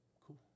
cool